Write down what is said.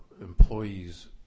employees